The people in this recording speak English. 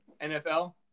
nfl